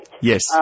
Yes